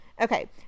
okay